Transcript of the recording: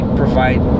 provide